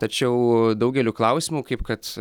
tačiau daugeliu klausimų kaip kad